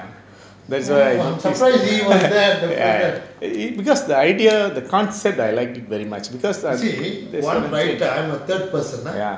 that's why ya ya because the idea the concept I like it very much because ya